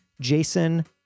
Jason